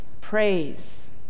Praise